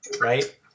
right